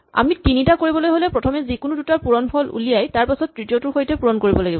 আমি তিনিটা কৰিবলৈ হ'লে প্ৰথমে যিকোনো দুটাৰ পূৰণ ফল উলিয়াই তাৰপাছত তৃতীয়টোৰ সৈতে পূৰণ কৰিব লাগিব